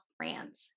brands